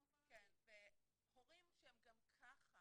הורים שהם גם ככה